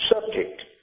subject